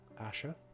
Asha